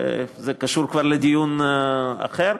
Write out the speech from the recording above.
וזה קשור כבר לדיון אחר.